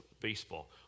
Baseball